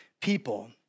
people